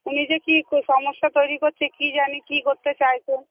উনি যে কি সমস্যা তৈরি করছে কী জানি কী করতে চাইছেন